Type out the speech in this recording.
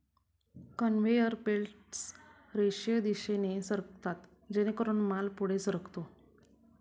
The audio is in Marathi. कन्व्हेयर बेल्टस रेषीय दिशेने सरकतात जेणेकरून माल पुढे सरकतो